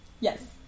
Yes